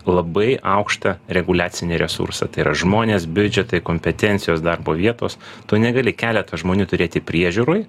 labai aukštą reguliacinį resursą tai yra žmonės biudžetai kompetencijos darbo vietos tu negali keleta žmonių turėti priežiūroj